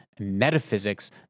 metaphysics